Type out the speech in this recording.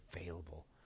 available